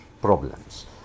problems